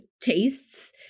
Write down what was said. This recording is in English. tastes